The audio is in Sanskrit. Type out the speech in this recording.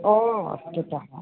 ओ वस्तुतः